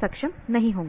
सक्षम नहीं होंगे